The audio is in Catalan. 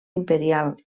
imperial